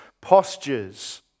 postures